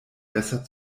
besser